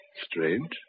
Strange